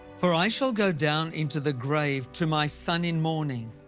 for i shall go down into the grave to my son in mourning.